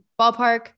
Ballpark